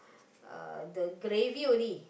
uh the gravy only